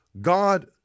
God